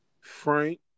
Frank